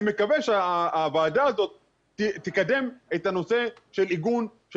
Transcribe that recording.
אני מקווה שהוועדה הזאת תקדם את הנושא של עיגון של